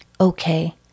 Okay